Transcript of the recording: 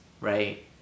right